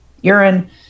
urine